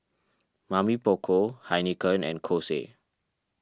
Mamy Poko Heinekein and Kose